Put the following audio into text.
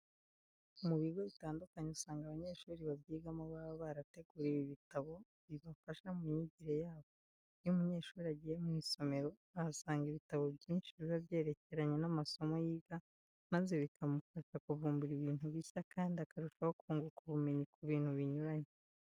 Mu bigo bitandukanye usanga abanyeshuri babyigamo baba barateguriwe ibitabo bibafasha mu myigire yabo. Iyo umunyeshuri agiye mu isomero ahasanga ibitabo byinshi biba byerekeranye n'amasomo yiga amaze bikamufasha kuvumbura ibintu bishya kandi akarushaho kunguka ubumenyi ku bintu binyuranye.